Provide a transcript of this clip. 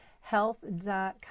Health.com